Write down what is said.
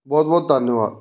ਬਹੁਤ ਬਹੁਤ ਧੰਨਵਾਦ